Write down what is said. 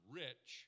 rich